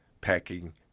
packing